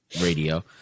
radio